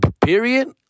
period